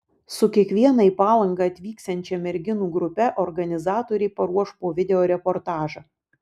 su kiekviena į palangą atvyksiančia merginų grupe organizatoriai paruoš po video reportažą